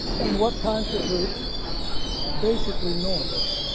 and what constitutes basically noise.